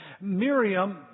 Miriam